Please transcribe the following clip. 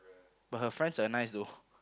but her friends are nice though